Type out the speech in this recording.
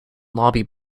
lobby